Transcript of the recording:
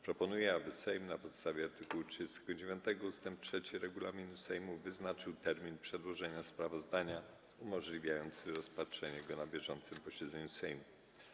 Proponuję, aby Sejm, na podstawie art. 39 ust. 3 regulaminu Sejmu, wyznaczył termin przedłożenia sprawozdania umożliwiający rozpatrzenie go na bieżącym posiedzeniu Sejmu.